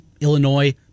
Illinois